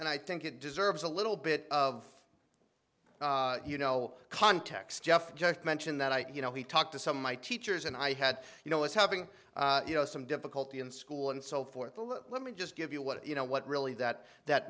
and i think it deserves a little bit of you know context jeff just mentioned that i you know he talked to some my teachers and i had you know was having you know some difficulty in school and so forth let me just give you what you know what really that that